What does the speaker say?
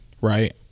Right